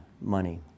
money